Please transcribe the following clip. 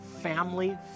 family